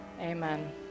Amen